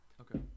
Okay